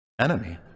enemy